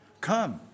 Come